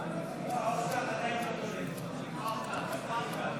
תוספת תקציב לא נתקבלו.